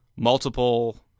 Multiple